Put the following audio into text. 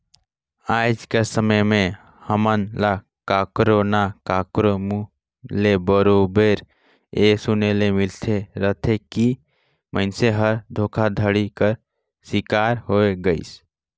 आएज कर समे में हमन ल काकरो ना काकरो मुंह ले बरोबेर ए सुने ले मिलते रहथे कि मइनसे हर धोखाघड़ी कर सिकार होए गइस